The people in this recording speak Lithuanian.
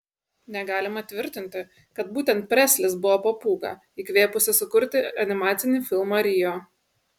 negalima tvirtinti kad būtent preslis buvo papūga įkvėpusi sukurti animacinį filmą rio